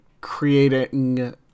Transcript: creating